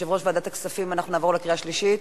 יושב-ראש ועדת הכספים, אנחנו נעבור לקריאה שלישית.